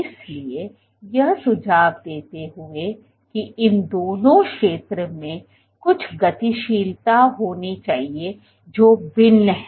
इसलिए यह सुझाव देते हुए कि इन दोनों क्षेत्रों में कुछ गतिशीलता होनी चाहिए जो भिन्न है